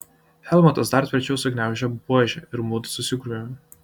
helmutas dar tvirčiau sugniaužė buožę ir mudu susigrūmėm